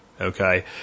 Okay